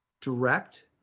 direct